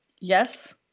yes